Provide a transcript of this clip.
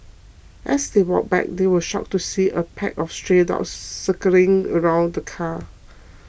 as they walked back they were shocked to see a pack of stray dogs circling around the car